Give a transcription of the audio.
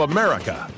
America